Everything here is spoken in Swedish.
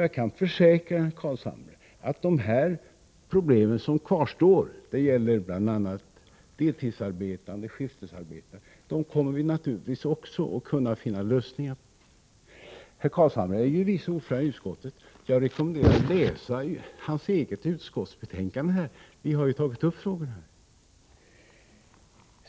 Jag kan försäkra herr Carlshamre att vi naturligtvis också kommer att kunna finna lösningar på de problem som kvarstår — det gäller bl.a. deltidsarbetande och skiftarbetande. Herr Carlshamre är vice ordförande i utskottet. Jag rekommenderar honom att läsa i sitt eget utskottsbetänkande. Vi har ju tagit upp frågorna.